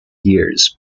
years